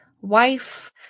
wife